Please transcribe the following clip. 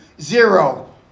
Zero